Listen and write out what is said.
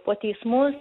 po teismus